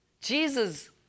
Jesus